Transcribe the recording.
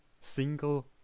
single